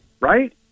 right